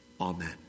Amen